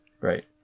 Right